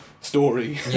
story